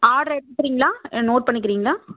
order எடுக்குறிங்களா இல்லை note பண்ணிக்குறிங்களா